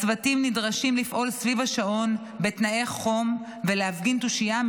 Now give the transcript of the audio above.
הצוותים נדרשים לפעול סביב השעון בתנאי חום ולהפגין תושייה,